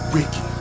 Ricky